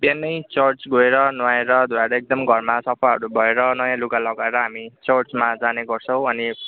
बिहान चर्च गएर नुहाएर धोएर एकदम घरमा सफाहरू भएर नयाँ लुगा लगाएर हामी चर्चमा जाने गर्छौँ अनि